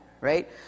right